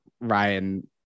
ryan